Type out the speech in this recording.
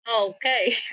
Okay